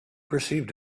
perceived